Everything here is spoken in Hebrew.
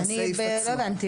אני לא הבנתי.